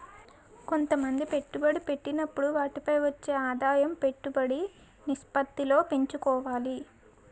కొంతమంది పెట్టుబడి పెట్టినప్పుడు వాటిపై వచ్చే ఆదాయం పెట్టుబడి నిష్పత్తిలో పంచుకోవాలి